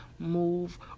move